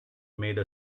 made